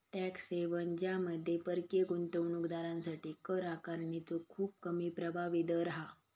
tax haven ज्यामध्ये परकीय गुंतवणूक दारांसाठी कर आकारणीचो खूप कमी प्रभावी दर हा